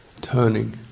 turning